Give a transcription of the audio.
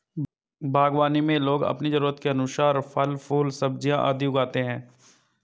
बागवानी में लोग अपनी जरूरत के अनुसार फल, फूल, सब्जियां आदि उगाते हैं